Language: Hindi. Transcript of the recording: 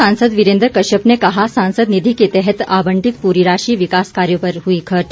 सांसद विरेंद्र कश्यप ने कहा सांसद नीधि के तहत आबंटित पूरी राशि विकास कार्यो पर हुई खर्च